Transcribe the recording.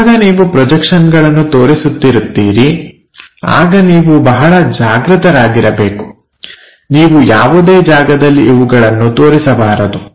ಯಾವಾಗ ನೀವು ಪ್ರೊಜೆಕ್ಷನ್ಗಳನ್ನು ತೋರಿಸುತ್ತಿರುತ್ತೀರಿ ಆಗ ನೀವು ಬಹಳ ಜಾಗೃತರಾಗಿರಬೇಕು ನೀವು ಯಾವುದೋ ಜಾಗದಲ್ಲಿ ಇವುಗಳನ್ನು ತೋರಿಸಬಾರದು